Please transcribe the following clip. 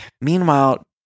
Meanwhile